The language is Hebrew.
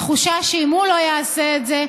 התחושה שאם הוא לא יעשה את זה,